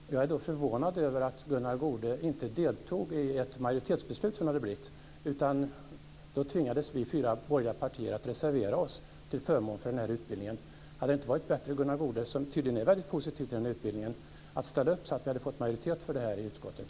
Därför är jag förvånad över att Gunnar Goude inte ställde sig bakom det här förslaget som då hade blivit ett majoritetsförslag. I stället tvingades vi fyra borgerliga partier att reservera oss till förmån för den här utbildningen. Gunnar Goude är tydligen väldigt positiv till den här utbildningen. Hade det då inte varit bättre att ställa upp bakom detta? Då hade vi fått majoritet för detta i utskottet.